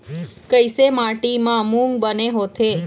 कइसे माटी म मूंग बने होथे?